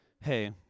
Hey